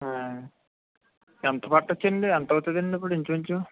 ఎంత పట్టచ్చు అండి ఎంత అవుతదండి ఇప్పుడు ఇంచుమించు